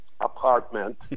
apartment